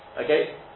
Okay